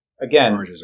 again